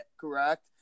correct